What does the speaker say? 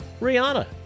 Rihanna